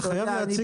בעיה.